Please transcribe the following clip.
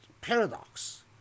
Paradox